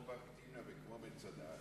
כמו פארק תמנע וכמו מצדה,